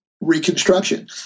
reconstruction